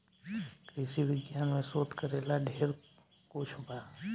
कृषि विज्ञान में शोध करेला ढेर कुछ बा